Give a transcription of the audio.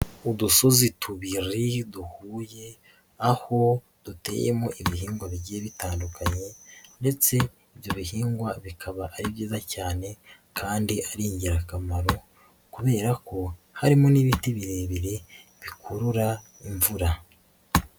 Udusozi tubiri duhuye aho duteyemo ibihingwa bigiye bitandukanye ndetse ibyo bihingwa bikaba ari byiza cyane kandi ari ingirakamaro kubera ko harimo n'ibindi birebire bikurura imvura.